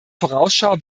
vorausschau